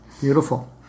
Beautiful